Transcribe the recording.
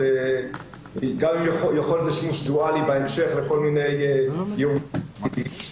גם עם יכולת לשימוש דואלי בהמשך לכל מיני ייעודים עתידיים.